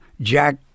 Jack